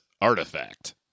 Artifact